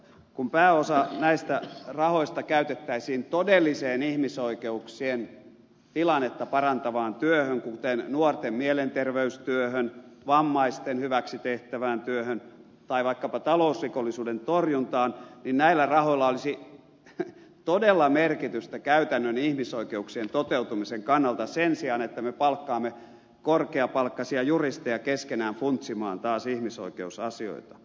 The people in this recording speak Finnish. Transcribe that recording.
kun pääosa näistä rahoista käytettäisiin todelliseen ihmisoikeuksien tilannetta parantavaan työhön kuten nuorten mielenterveystyöhön vammaisten hyväksi tehtävään työhön tai vaikkapa talousrikollisuuden torjuntaan näillä rahoilla olisi todella merkitystä käytännön ihmisoikeuksien toteutumisen kannalta sen sijaan että me palkkaamme taas korkeapalkkaisia juristeja funtsimaan keskenään ihmisoikeusasioita